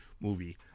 movie